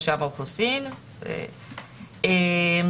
ומרשם האוכלוסין הוא זה